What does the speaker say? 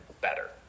better